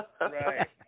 Right